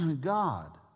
God